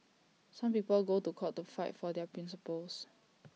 some people go to court to fight for their principles